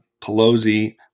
Pelosi